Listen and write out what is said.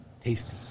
tasty